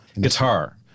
Guitar